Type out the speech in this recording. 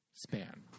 span